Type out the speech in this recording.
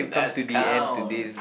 let's count